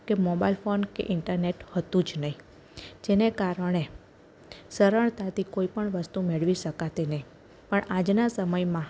કે mobile phone કે internet હતું જ નહીં જેને કારણે સરળતાથી કોઈ પણ વસ્તુ મેળવી શકાતી નહીં પણ આજના સમયમાં